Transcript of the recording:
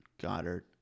Goddard